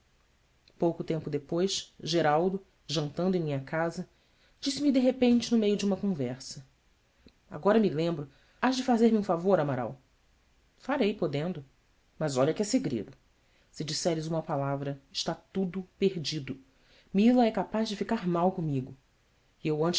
pouco tempo depois geraldo jantando em minha casa disse-me de repente no meio de uma conversa gora me lembro hás de fazer-me um favor maral arei podendo as olha que é segredo se disseres uma palavra está tudo perdido mila é capaz de ficar mal comigo e eu